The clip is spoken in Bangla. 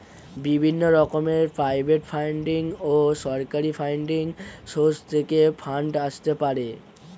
বিভিন্ন রকমের প্রাইভেট ফান্ডিং ও সরকারি ফান্ডিং সোর্স থেকে ফান্ড আসতে পারে